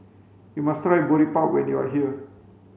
You must try Boribap when you are here